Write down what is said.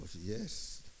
yes